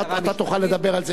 אתה תוכל לדבר על זה אם תרצה.